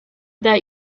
that